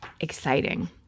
Exciting